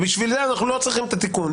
בשביל זה אנחנו לא צריכים את התיקון.